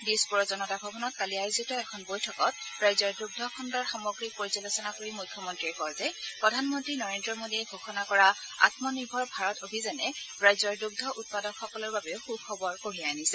কালি দিছপূৰৰ জনতা ভৱনত আয়োজিত এখন বৈঠকত ৰাজ্যৰ দুগ্ধ খণ্ডৰ সামগ্ৰীক পৰ্যালোচনা কৰি মুখ্যমন্ত্ৰীয়ে কয় যে প্ৰধানমন্ত্ৰী নৰেন্দ্ৰ মোডীয়ে ঘোষণা কৰা আম্ম নিৰ্ভৰ ভাৰত অভিযানে ৰাজ্যৰ দুগ্ধ উৎপাদকসকলৰ বাবেও সু খবৰ কঢ়িয়াই আনিছে